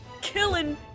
killing